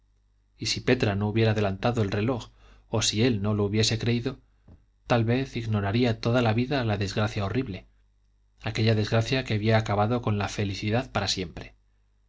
y si petra no hubiera adelantado el reloj o si él no lo hubiese creído tal vez ignoraría toda la vida la desgracia horrible aquella desgracia que había acabado con la felicidad para siempre